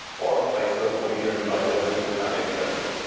or on facebook, will be driven by whether people found it interesting.